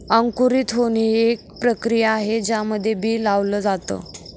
अंकुरित होणे, एक प्रक्रिया आहे ज्यामध्ये बी लावल जाता